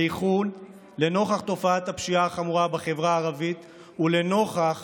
בייחוד לנוכח תופעת הפשיעה החמורה בחברה הערבית ולנוכח